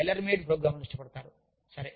కాబట్టి వారు tailor made ప్రోగ్రామ్లను ఇష్టపడతారు